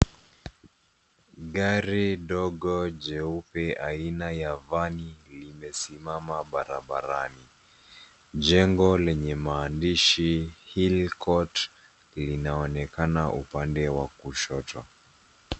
Gari dogo jeupe aina ya vani limesimama barabarani. Jengo lenye maandishi Hill Court linaonekana upande wa kushoto.